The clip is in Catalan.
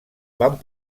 van